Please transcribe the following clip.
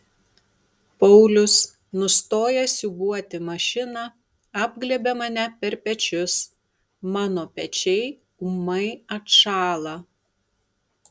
paulius nustojęs siūbuoti mašiną apglėbia mane per pečius mano pečiai ūmai atšąla